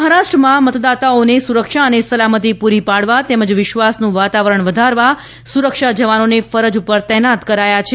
મહારાષ્ટ્રમાં મતદાતાઓને સુરક્ષા અને સલામતિ પૂરી પાડવા તેમજ વિશ્વાસનું વાતાવરણ વધારવા સુરક્ષા જવાનોને ફરજ ઉપર તૈનાત કરાયા છે